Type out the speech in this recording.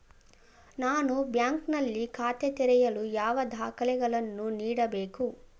ನಾನು ಬ್ಯಾಂಕ್ ನಲ್ಲಿ ಖಾತೆ ತೆರೆಯಲು ಯಾವ ದಾಖಲೆಗಳನ್ನು ನೀಡಬೇಕು?